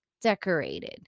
decorated